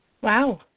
Wow